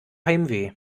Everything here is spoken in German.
heimweh